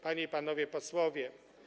Panie i Panowie Posłowie!